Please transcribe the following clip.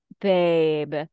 babe